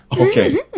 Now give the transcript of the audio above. Okay